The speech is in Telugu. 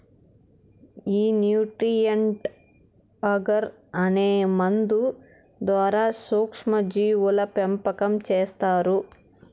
ఈ న్యూట్రీయంట్ అగర్ అనే మందు ద్వారా సూక్ష్మ జీవుల పెంపకం చేస్తారు